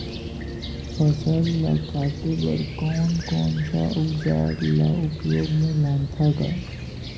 फसल ल काटे बर कौन कौन सा अउजार ल उपयोग में लानथा गा